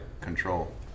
control